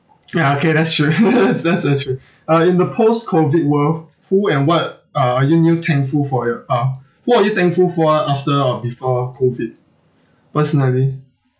ya okay that's true that's that's so true uh in the post COVID world who and what are are you you thankful for your uh who are you thankful for after or before COVID personally